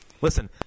Listen